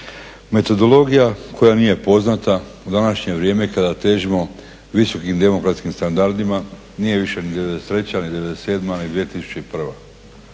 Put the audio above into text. metodologija koja nije poznata u današnje vrijeme kada težimo visokim standardima nije više ni '93. ni '97. ni 2001.